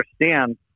understand